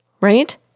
right